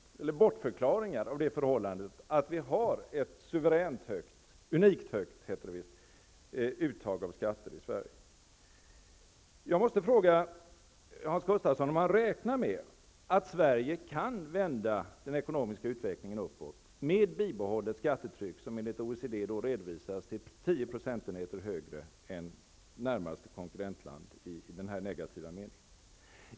Han kom med en bortförklaring till att vi har ett unikt högt uttag av skatter i Sverige. Jag måste fråga Hans Gustafsson om han räknar med att Sverige skall vända den ekonomiska utvecklingen uppåt med bibehållet skattetryck. Det är enligt OECDs redovisning 10 % högre än i närmaste konkurrentland i den här negativa meningen.